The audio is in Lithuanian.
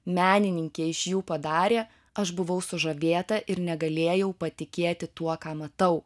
menininkė iš jų padarė aš buvau sužavėta ir negalėjau patikėti tuo ką matau